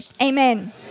Amen